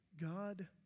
God